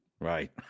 Right